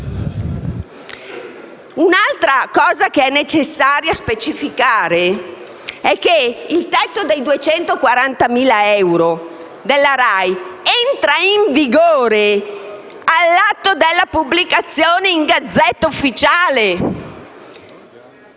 Un altro aspetto che è necessario specificare è che il tetto dei 240.000 euro nella RAI entra in vigore all'atto della pubblicazione in *Gazzetta Ufficiale*.